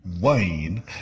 Wayne